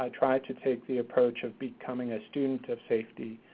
i try to take the approach of becoming a student of safety,